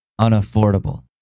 unaffordable